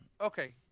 Okay